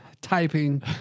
typing